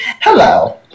Hello